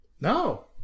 No